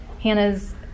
Hannah's